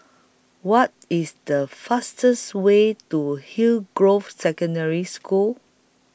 What IS The fastest Way to Hillgrove Secondary School